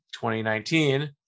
2019